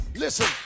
listen